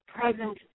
present